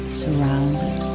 surrounded